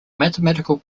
mathematical